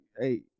hey